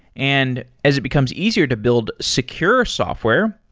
and as it becomes easier to build secure software,